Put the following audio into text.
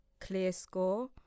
ClearScore